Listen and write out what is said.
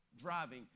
driving